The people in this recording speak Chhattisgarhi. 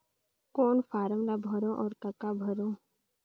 कौन फारम ला भरो और काका भरो?